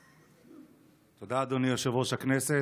תודה, אדוני יושב-ראש הכנסת.